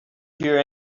hear